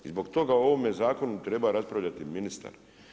I zbog toga o ovome zakonu treba raspraviti ministar.